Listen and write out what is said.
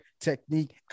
technique